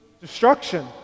destruction